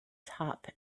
top